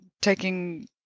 taking